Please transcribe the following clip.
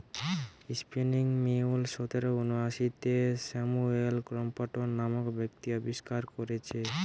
spinning mule সতেরশ ঊনআশিতে Samuel Crompton নামক ব্যক্তি আবিষ্কার কোরেছে